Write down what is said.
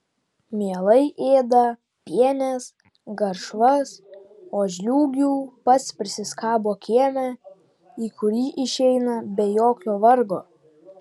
mielai ėda pienes garšvas o žliūgių pats prisiskabo kieme į kurį išeina be jokio vargo